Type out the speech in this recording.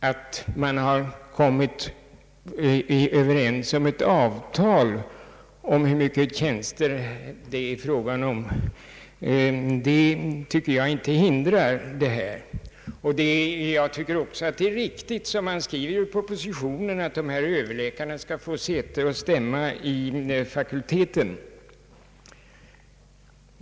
Att ett avtal har träffats om hur många tjänster det gäller, tycker jag inte förändrar saken. Jag tycker också att det är riktigt, som man skriver i propositionen, att dessa överläkare skall få säte och stämma i fakulteten.